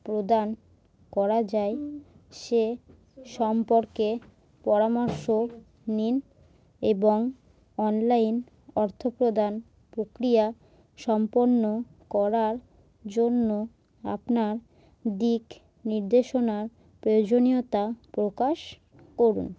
প্রদান করা যায় সে সম্পর্কে পরামর্শ নিন এবং অনলাইন অর্থপ্রদান প্রক্রিয়া সম্পন্ন করার জন্য আপনার দিক নির্দেশনার প্রয়োজনীয়তা প্রকাশ করুন